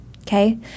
Okay